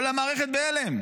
כל המערכת בהלם.